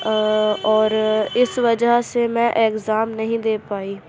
اور اس وجہ سے میں ایگزام نہیں دے پائی